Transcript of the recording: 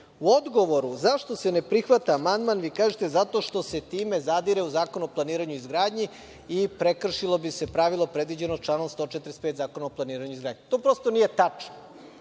odgovoru zašto se ne prihvata amandman, vi kažete zato što se time zadire u Zakon o planiranju i izgradnji i prekršilo bi se pravilo predviđeno članom 145. Zakona o planiranju i izgradnji. To prosto nije tačno.